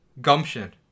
gumption